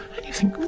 and you think,